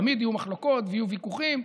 תמיד יהיו מחלוקות ויהיו ויכוחים,